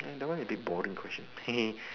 that one a bit boring question